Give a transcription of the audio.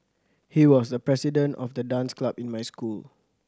he was the president of the dance club in my school